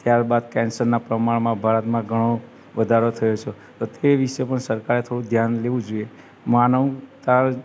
ત્યારબાદ કેન્સરનાં પ્રમાણમાં ભારતમાં ઘણો વધારો થયો છે તે વિષય પર સરકારે થોડું ધ્યાનમાં લેવું જોઈએ માનવતા